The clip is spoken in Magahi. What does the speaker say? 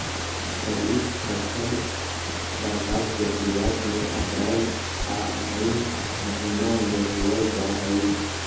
खरीफ फसल बरसात के शुरुआत में अप्रैल आ मई महीना में बोअल जा हइ